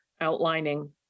outlining